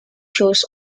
shows